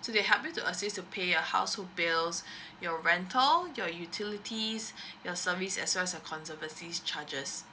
so they help you to assist to pay your household bills your rental your utilities your service as well as the conservancy charges